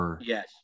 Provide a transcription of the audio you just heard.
yes